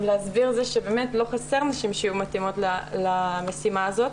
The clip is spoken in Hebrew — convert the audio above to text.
להסביר שלא חסרות נשים שיהיו מתאימות למשימה הזאת,